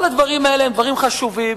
כל הדברים האלה הם דברים חשובים,